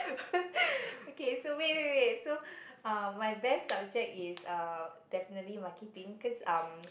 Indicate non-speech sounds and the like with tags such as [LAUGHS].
[LAUGHS] okay so wait wait wait so uh my best subject is definitely marketing cause um